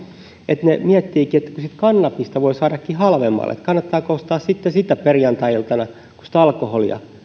että he miettivätkin että kannabista voisi saadakin halvemmalla että kannattaako ostaa sitten sitä perjantai iltana eikä alkoholia